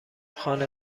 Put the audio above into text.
خانه